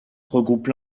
regroupe